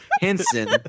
Henson